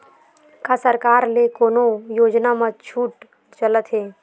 का सरकार के ले कोनो योजना म छुट चलत हे?